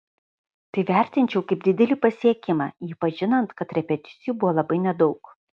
tai vertinčiau kaip didelį pasiekimą ypač žinant kad repeticijų buvo labai nedaug